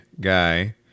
guy